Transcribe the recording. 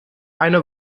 eine